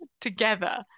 together